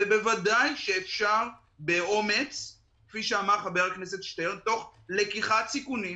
כמו שאמר איתן בן דוד,